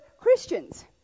Christians